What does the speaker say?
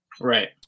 right